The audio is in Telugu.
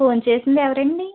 ఫోన్ చేసింది ఎవరండీ